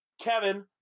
Kevin